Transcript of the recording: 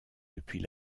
depuis